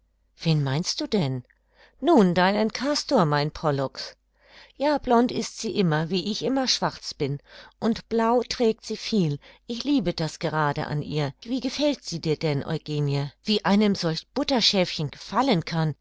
wen meinst du denn nun deinen castor mein pollux ja blond ist sie immer wie ich immer schwarz bin und blau trägt sie viel ich liebe das gerade an ihr wie gefällt sie dir denn eugenie wie einem solch butterschäfchen gefallen kann